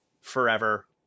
forever